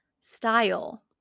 Style